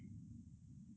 this friday